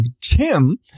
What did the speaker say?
Tim